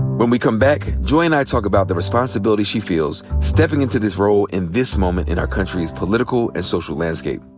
when we come back, joy and i talk about the responsibility she feels stepping into this role in this moment in our country's political and social landscape.